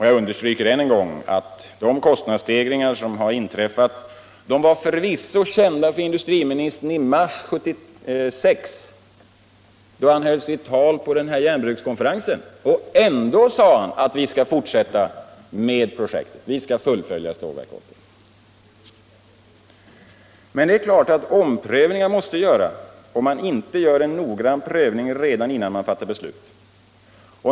Jag understryker än en gång att de kostnadsstegringar som har inträffat förvisso var kända för industriministern i mars 1976, då han höll sitt tal på järnbrukskonferensen. Ändå sade han: ”Vi skall fortsätta med projektet, vi skall fullfölja Stålverk 80.” Men det är klart att omprövningar måste göras, om man inte gör en noggrann prövning redan innan man fattar beslut.